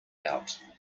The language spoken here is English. out